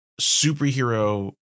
superhero